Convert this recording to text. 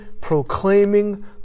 proclaiming